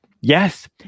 Yes